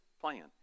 plan